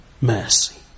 mercy